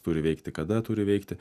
turi veikti kada turi veikti